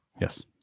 Yes